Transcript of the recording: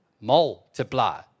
Multiply